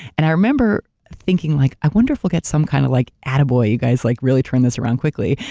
and i remember thinking like, i wonder if we'll get some kind of like atta boy, you guys like really turned this around quickly.